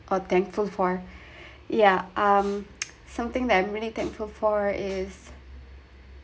or thankful for yeah um something that I'm really thankful for is